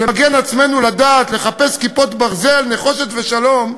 למגן עצמנו לדעת, לחפש כיפות ברזל, נחושת ושלום,